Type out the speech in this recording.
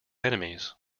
enemies